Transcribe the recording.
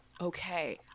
okay